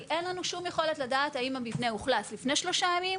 כי אין לנו שום יכולת לדעת האם המבנה אוכלס לפני 3 ימים,